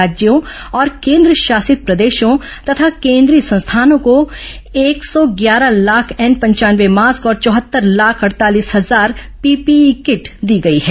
राज्यों और केन्द्रशासित प्रदेशों तथा केन्द्रीय संस्थानों को एक सौ ग्यारह लाख एन पंचानवे मास्क और चौहत्तर लाख अड़तालीस हजार पीपीई किट दी गई हैं